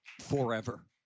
forever